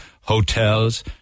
hotels